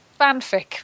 fanfic